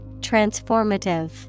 Transformative